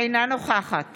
אינה נוכחת